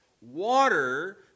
water